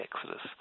Exodus